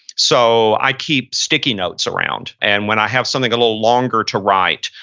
so, i keep sticky notes around. and when i have something a little longer to write,